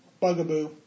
bugaboo